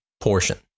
portion